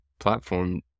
platform